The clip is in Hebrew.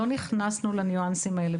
לא נכנסנו לניואנסים האלה.